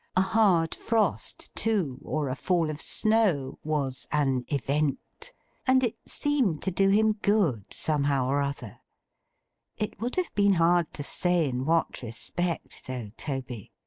a hard frost too, or a fall of snow, was an event and it seemed to do him good, somehow or other it would have been hard to say in what respect though, toby!